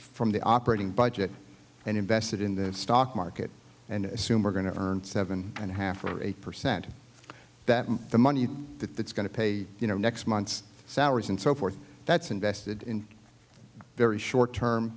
from the operating budget and invested in the stock market and assume we're going to earn seven and a half or a percent of that and the money that that's going to pay you know next month's salaries and so forth that's invested in very short term